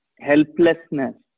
helplessness